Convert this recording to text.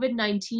COVID-19